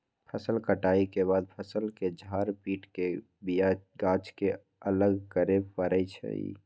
फसल कटाइ के बाद फ़सल के झार पिट के बिया गाछ के अलग करे परै छइ